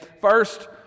First